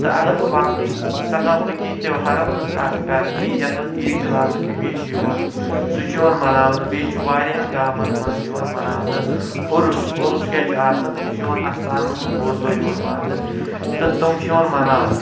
تہٕ اگر بہٕ باقٕی ثقافتی تہوارن ہٕنٛز کتھ کرٕ یی یتھ منٛز عید میلادُن نبی چھُ یوان سُہ چھُ یوان مناونہٕ بیٚیہِ چھِ واریاہن گامن منٛز یوان مناونہٕ عُرس عُرس کیٛاہ چھِ آسان یہِ چھُ یوان اَستانن ہُنٛد بوٚڈ دوہ یوان ماننہٕ تہٕ تِم چھِ یوان مناونہٕ